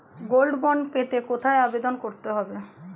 Gold bond পেতে কোথায় আবেদন করতে হবে?